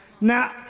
Now